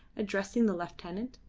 addressing the lieutenant.